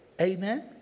Amen